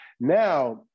now